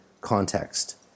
context